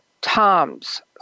Toms